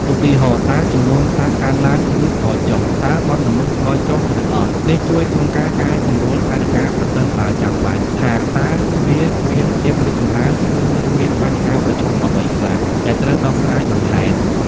ឧទាហរណ៍ តើចំនួនសត្វកើនឡើង ឬថយចុះ? តើបទល្មើសថយចុះឬអត់? នេះជួយក្នុងការកែសម្រួលផែនការប្រសិនបើចាំបាច់ ថាតើវាមានភាពរីកចម្រើន ឬនៅមានបញ្ហាប្រឈមអ្វីខ្លះ ដែលត្រូវដោះស្រាយបន្ថែម។